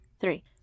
three